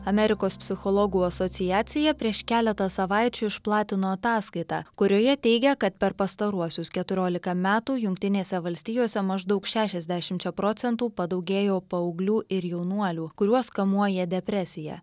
amerikos psichologų asociacija prieš keletą savaičių išplatino ataskaitą kurioje teigia kad per pastaruosius keturiolika metų jungtinėse valstijose maždaug šešiasdešimčia procentų padaugėjo paauglių ir jaunuolių kuriuos kamuoja depresija